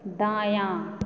दायाँ